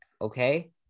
Okay